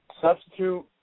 substitute